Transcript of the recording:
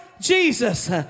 jesus